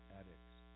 addicts